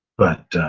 but